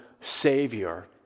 Savior